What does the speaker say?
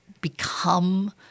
become